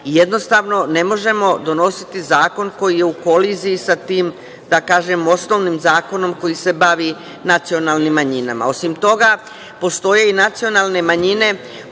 Jednostavno, ne možemo donositi zakon koji je u koliziji sa tim, da kažem, osnovnim zakonom koji se bavi nacionalnim manjinama. Osim toga, postoje i nacionalne manjine u